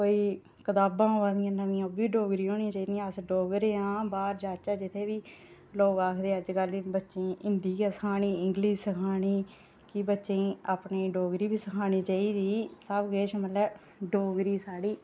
कोई कताबां आवा दियां नमियां ओह्बी डोगरी औना चाही दियां अस डोगरे आं बाह्र जाह्चै जित्थै बी लोक आखदे अज्जकल बच्चें गी हिंदी गै सखानी इंग्लिश गै सखानी की बच्चें गी अपनी डोगरी बी सखानी चाहिदी सब किश मतलब डोगरी साढ़ी